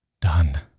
Done